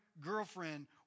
girlfriend